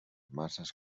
masas